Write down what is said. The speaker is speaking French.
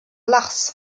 lars